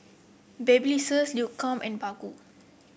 Babyliss Lancome and Baggu